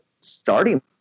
starting